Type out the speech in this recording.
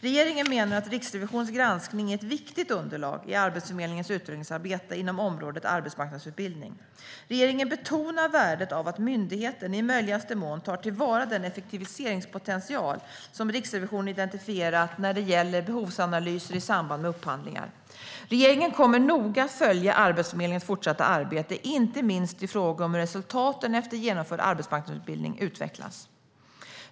Regeringen menar att Riksrevisionens granskning är ett viktigt underlag i Arbetsförmedlingens utvecklingsarbete inom området arbetsmarknadsutbildning. Regeringen betonar värdet av att myndigheten, i möjligaste mån, tar till vara den effektiviseringspotential som Riksrevisionen identifierat när det gäller behovsanalyser i samband med upphandlingar. Regeringen kommer noga att följa Arbetsförmedlingens fortsatta arbete, inte minst i fråga om hur resultaten efter genomförd arbetsmarknadsutbildning utvecklas.